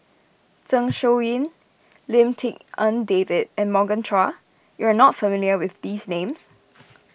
Zeng Shouyin Lim Tik En David and Morgan Chua you are not familiar with these names